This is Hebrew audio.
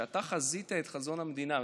כשאתה חזית את חזון המדינה,